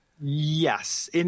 Yes